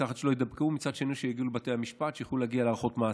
מצד אחד שלא יידבקו ומצד שני שיגיעו לבתי המשפט,